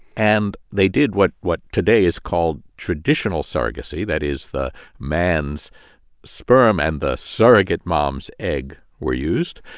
and they did what what today is called traditional surrogacy that is, the man's sperm and the surrogate mom's egg were used.